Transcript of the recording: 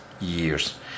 years